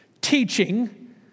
teaching